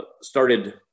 started